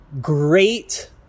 great